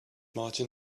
martin